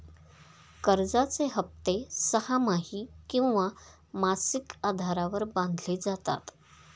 कर्जाचे हप्ते सहामाही किंवा मासिक आधारावर बांधले जातात